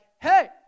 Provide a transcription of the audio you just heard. hey